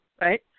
right